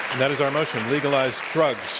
that is our motion, legalize drugs.